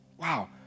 Wow